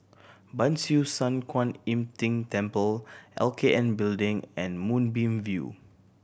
Ban Siew San Kuan Im Tng Temple L K N Building and Moonbeam View